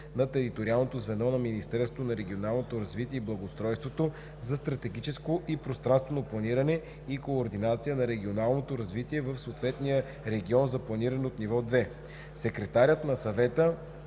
на териториалното звено на Министерството на регионалното развитие и благоустройството за стратегическо и пространствено планиране и координация на регионалното развитие в съответния регион за планиране от ниво 2. Секретарят на съвета: